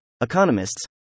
economists